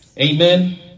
Amen